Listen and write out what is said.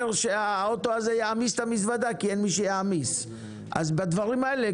אירע אירוע בטיחותי חמור, יגיש בעל היתר ההפעלה